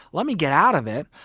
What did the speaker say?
let me get out of it.